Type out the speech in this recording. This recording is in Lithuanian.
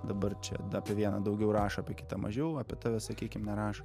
dabar čia apie vieną daugiau rašo apie kitą mažiau apie tave sakykim nerašo